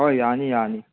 ꯍꯣꯏ ꯌꯥꯅꯤ ꯌꯥꯅꯤ